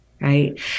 Right